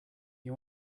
you